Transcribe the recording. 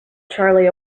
charlie